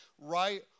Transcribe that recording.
right